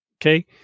okay